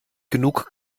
genug